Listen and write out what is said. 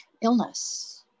illness